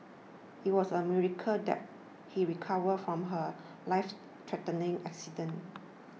it was a miracle that he recovered from her lifethreatening accident